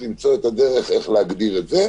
למצוא את הדרך איך להגדיר את זה,